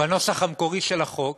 בנוסח המקורי של החוק